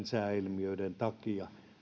sääilmiöiden takia